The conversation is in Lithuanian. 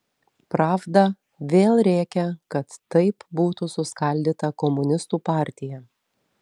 pravda vėl rėkia kad taip būtų suskaldyta komunistų partija